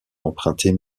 emprunter